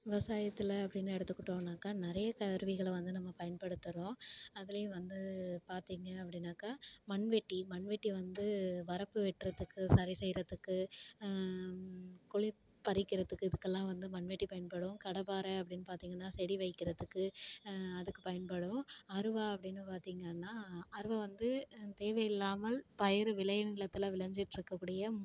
விவசாயத்தில் அப்படின்னு எடுத்துக்கிட்டோன்னாக்கா நிறைய கருவிகளை வந்து நம்ம பயன்படுத்துகிறோம் அதுலேயும் வந்து பார்த்தீங்க அப்படின்னாக்கா மண்வெட்டி மண்வெட்டி வந்து வரப்பு வெட்டுறதுக்கு சரி செய்கிறதுக்கு குழிப் பறிக்கிறதுக்கு இதுக்கெல்லாம் வந்து மண்வெட்டி பயன்படும் கடப்பார அப்படின்னு பார்த்தீங்கன்னா செடி வைக்கிறதுக்கு அதுக்கு பயன்படும் அருவா அப்டிபன்னு பார்த்தீங்கன்னா அருவா வந்து தேவையில்லாமல் பயிர் விளை நிலத்துல விளஞ்சிட்ருக்கக்கூடிய